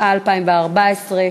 עשרה